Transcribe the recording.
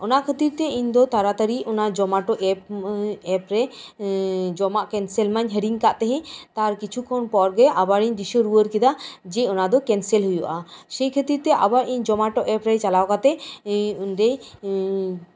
ᱚᱱᱟ ᱠᱷᱟᱹᱛᱤᱨ ᱛᱮ ᱤᱧ ᱫᱚ ᱛᱟᱲᱟᱛᱟᱲᱤ ᱡᱚᱢᱟᱴᱳ ᱮᱯᱨᱮ ᱡᱚᱢᱟᱜ ᱠᱮᱱᱥᱮᱞ ᱢᱟᱧ ᱦᱤᱲᱤᱧ ᱠᱟᱜ ᱛᱟᱸᱦᱮᱱ ᱟᱨ ᱠᱤᱪᱷᱩ ᱠᱷᱚᱱ ᱯᱚᱨᱜᱮ ᱟᱵᱟᱨ ᱤᱧ ᱫᱤᱥᱟᱹ ᱨᱩᱣᱟᱹᱲ ᱠᱮᱫᱟ ᱡᱮ ᱚᱱᱟ ᱫᱚ ᱠᱮᱱᱥᱮᱞ ᱦᱩᱭᱩᱜᱼᱟ ᱥᱮᱭ ᱠᱷᱟᱹᱛᱤᱨᱛᱮ ᱟᱵᱟᱨ ᱡᱚᱢᱟᱴᱳ ᱮᱯᱨᱮ ᱪᱟᱞᱟᱣ ᱠᱟᱛᱮᱫ ᱚᱸᱰᱮ